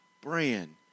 brand